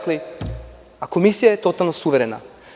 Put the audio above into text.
Komisija je totalno suverena.